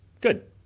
Good